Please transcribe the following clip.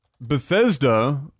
Bethesda